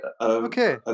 okay